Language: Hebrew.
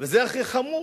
וזה הכי חמור.